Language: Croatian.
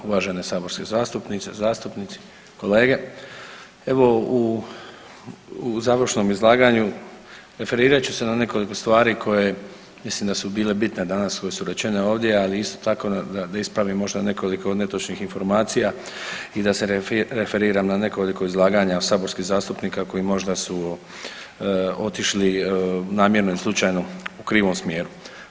Uvažene saborske zastupnice, zastupnici, kolege, evo u završnom izlaganju referirat ću se na nekoliko stvari koje mislim da su bile bitne danas, koje su rečene ovdje, ali isto tako da ispravim možda nekoliko netočnih informacija i da se referiram na nekoliko izlaganja saborskih zastupnika koji možda su otišli namjerno ili slučajno u krivom smjeru.